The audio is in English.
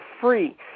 free